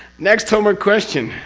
next homework question.